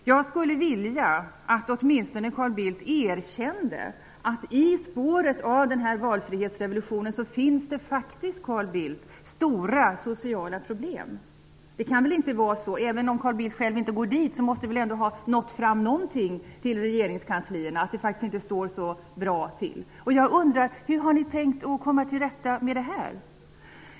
Jag skulle vilja att Carl Bildt åtminstone erkände att det i spåren av den här valfrihetsrevolutionen faktiskt finns stora sociala problem. Även om Carl Bildt inte själv går till nämnda ställen måste väl ändå någonting ha nått fram till regeringskanslierna som visar att det faktiskt inte står så bra till. Jag undrar hur ni har tänkt komma till rätta med det här.